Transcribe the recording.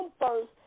first